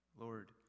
Lord